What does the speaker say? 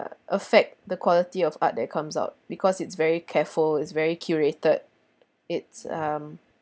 uh affect the quality of art that comes out because it's very careful is very curated it's um